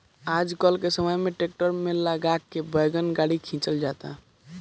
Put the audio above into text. आजकल के समय ट्रैक्टर में लगा के वैगन गाड़ी खिंचल जाता